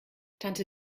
tante